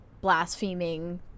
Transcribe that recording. blaspheming